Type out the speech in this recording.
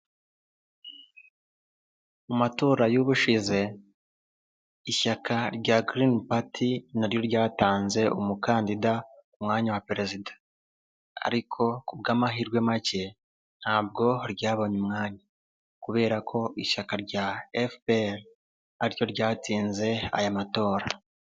Mu matora y'ubushize ishyaka rya girin pati naryo ryatanze umukandida ku mwanya wa perezida, ariko ku bw'amahirwe make ntabwo ryabonye umwanya kubera ko ishyaka rya efuperi, ariryo ryatsinze aya matora.